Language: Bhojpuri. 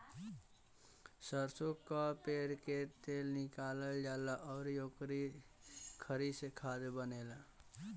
सरसो कअ पेर के तेल निकालल जाला अउरी ओकरी खरी से खाद बनेला